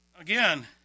Again